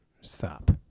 Stop